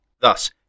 thus